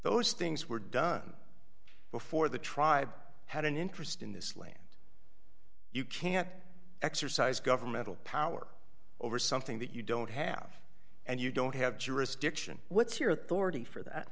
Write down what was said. those things were done before the tribe had an interest in this land you can't exercise governmental power over something that you don't have and you don't have jurisdiction what's your